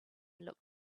looked